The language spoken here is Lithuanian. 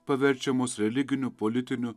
paverčiamos religiniu politiniu